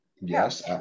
Yes